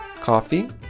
coffee